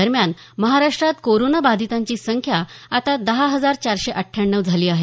दरम्यान महाराष्ट्रात कोरोना बाधीतांची संख्या आता दहा हजार चारशे अठ्ठयांण्णव झाली आहे